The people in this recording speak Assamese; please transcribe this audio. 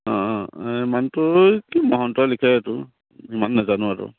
অঁ মহন্ত লিখে এইটো ইমান নেজানো আৰু